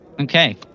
Okay